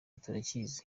turakizi